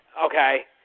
Okay